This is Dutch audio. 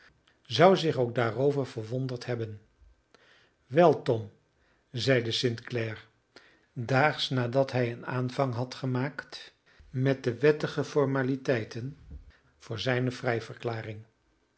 zou zich ook daarover verwonderd hebben wel tom zeide st clare daags nadat hij een aanvang had gemaakt met de wettige formaliteiten voor zijne